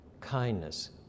kindness